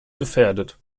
gefährdet